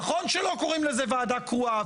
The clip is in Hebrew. נכון שלא קוראים לזה ועדה קרואה,